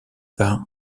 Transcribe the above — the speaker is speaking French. par